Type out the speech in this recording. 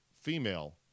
female